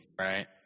Right